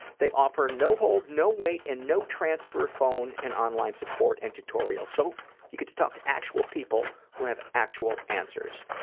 they offer no hold, no wait, and no transfer phone and online support and tutorials. so you get to talk to actual people who have actual answers.